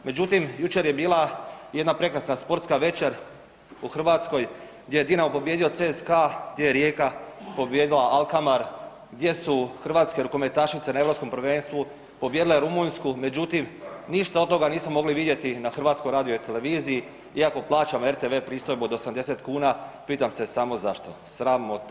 Međutim, jučer je bila jedna prekrasna sportska večer u Hrvatskoj gdje je Dinamo pobijedio CSK-a, gdje je Rijeka pobijedila Alkamar, gdje su hrvatske rukometašice na Europskom prvenstvu pobijedile Rumunjsku, međutim ništa od toga nismo mogli vidjeti na HRT-u iako plaćamo RTV pristojbu od 80 kuna, pitam se samo zašto, sramota.